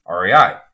REI